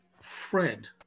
Fred